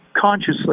consciously